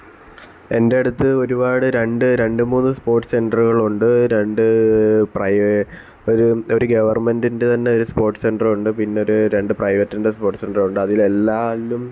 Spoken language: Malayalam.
എന്റെ അടുത്ത് ഒരുപാട് രണ്ട് രണ്ട് മൂന്ന് സ്പോർട്സ് സെന്ററുകൾ ഉണ്ട് രണ്ട് പ്രൈ ഒര് ഒരു ഗവർമെൻറ്റിൻ്റെ തന്നെ ഒരു സ്പോർട്സ് സെന്റർ ഉണ്ട് പിന്നൊരു രണ്ട് പ്രൈവറ്റിൻ്റെ സ്പോർട്സ് സെന്റർ ഉണ്ട് അതിലെല്ലാത്തിലും